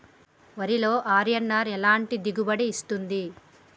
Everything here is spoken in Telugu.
వరిలో అర్.ఎన్.ఆర్ ఎలాంటి దిగుబడి ఇస్తుంది?